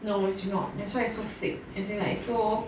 no it's not that's why it's so thick as in like so